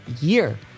year